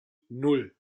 nan